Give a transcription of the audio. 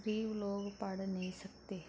ਗਰੀਬ ਲੋਕ ਪੜ੍ਹ ਨਹੀਂ ਸਕਦੇ